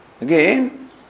Again